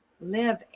live